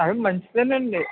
మర్చిపోయానండి